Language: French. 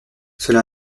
cela